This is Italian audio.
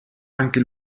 anche